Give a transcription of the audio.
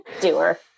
doer